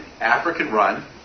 African-run